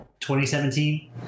2017